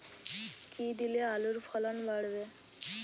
কী দিলে আলুর ফলন বাড়বে?